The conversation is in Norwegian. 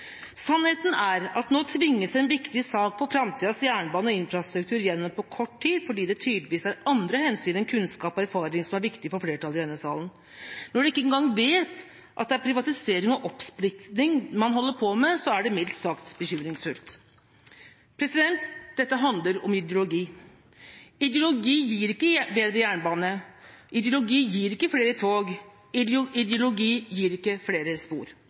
Sannheten er at nå tvinges en viktig sak om framtidas jernbane og infrastruktur gjennom på kort tid, fordi det tydeligvis er andre hensyn enn kunnskap og erfaring som er viktig for flertallet i denne salen. Når de ikke engang vet at det er privatisering og oppsplitting man holder på med, er det mildt sagt bekymringsfullt. Dette handler om ideologi. Ideologi gir ikke bedre jernbane. Ideologi gir ikke flere tog. Ideologi gir ikke flere spor.